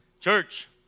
Church